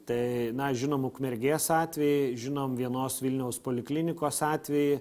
tai na žinom ukmergės atvejį žinom vienos vilniaus poliklinikos atvejį